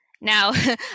Now